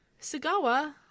Sagawa